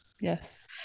Yes